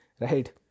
Right